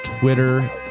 twitter